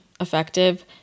effective